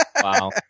Wow